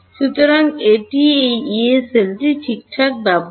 সুতরাং এটি এই ইয়ে সেলটি ঠিকঠাক ব্যবহার